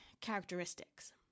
characteristics